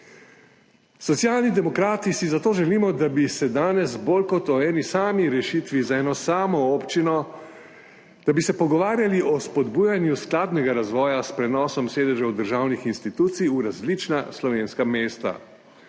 Socialni demokrati si zato želimo, da bi se danes bolj kot o eni sami rešitvi za eno samo občino pogovarjali o spodbujanju skladnega razvoja s prenosom sedežev državnih institucij v različna slovenska mesta,